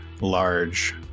large